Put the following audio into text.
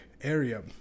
area